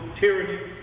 tyranny